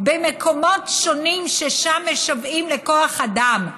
במקומות שונים שבהם משוועים לכוח אדם.